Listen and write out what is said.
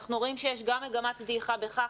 אנחנו רואים שיש גם מגמת דעיכה בכך.